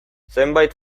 zenbait